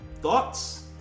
Thoughts